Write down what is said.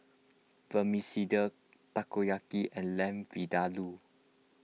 Vermicelli Takoyaki and Lamb Vindaloo